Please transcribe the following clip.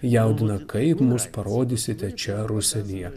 jaudina kaip mus parodysite čia ar užsienyje